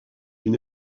une